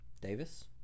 Davis